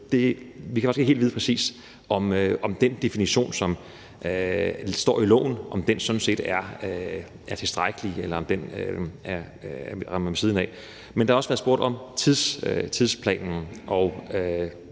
vi kan faktisk ikke vide præcis, om den definition, som står i loven, er tilstrækkelig, eller om den rammer ved siden af. Der har også været spurgt om tidsplanen, og